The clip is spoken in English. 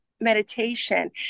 meditation